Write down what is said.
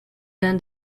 than